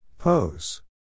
Pose